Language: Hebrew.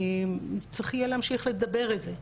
צריך יהיה להמשיך לדבר את זה,